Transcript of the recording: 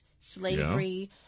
slavery